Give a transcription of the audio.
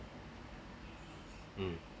mm